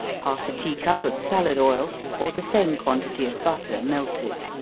half a tea cup of salad oil, or the same quantity of butter melted,